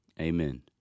Amen